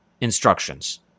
instructions